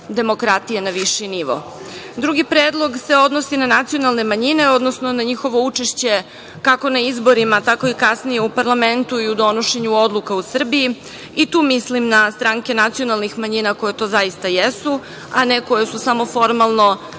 demokratije na viši nivo. Drugi predlog se odnosi na nacionalne manjine, odnosno na njihovo učešće, kako na izborima, tako i kasnije u parlamentu i u donošenju odluka u Srbiji i tu mislim na stranke nacionalnih manjina koje to zaista jesu, a ne koje su samo formalno